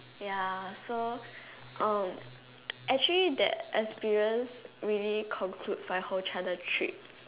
ya so um actually that experience really conclude my whole China trip